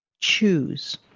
choose